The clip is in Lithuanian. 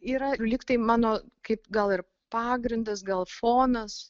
yra lyg tai mano kaip gal ir pagrindas gal fonas